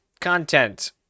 content